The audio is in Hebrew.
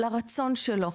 לרצון שלו.